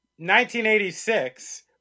1986